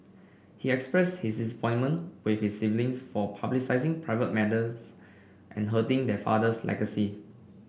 he expressed his disappointment with his siblings for publicising private matters and hurting their father's legacy